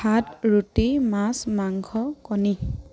ভাত ৰুটি মাছ মাংস কণী